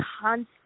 constant